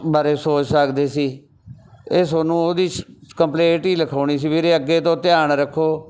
ਬਾਰੇ ਸੋਚ ਸਕਦੇ ਸੀ ਇਹ ਤੁਹਾਨੂੰ ਉਹਦੀ ਕੰਪਲੇਂਟ ਹੀ ਲਿਖਾਉਣੀ ਸੀ ਵੀਰੇ ਅੱਗੇ ਤੋਂ ਧਿਆਨ ਰੱਖੋ